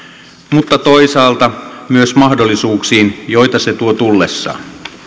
mutta toisaalta myös mahdollisuuksiin joita se tuo tullessaan